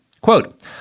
Quote